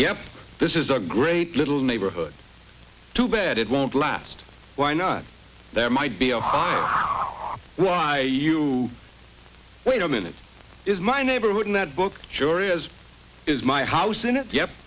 yep this is a great little neighborhood too bad it won't last why not there might be a fire why wait a minute is my neighborhood in that book jury as is my house in it ye